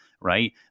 right